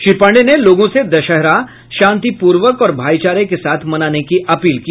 श्री पांडेय ने लोगों से दशहरा शांतिपूर्वक और भाईचारा के साथ मनाने की अपील की